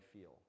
feel